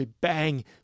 bang